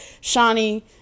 Shawnee